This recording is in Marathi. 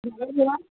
झालं जेवण